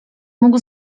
mógł